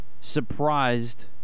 surprised